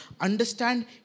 understand